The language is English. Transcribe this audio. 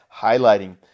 highlighting